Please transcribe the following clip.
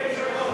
אדוני היושב-ראש,